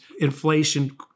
inflation